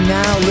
now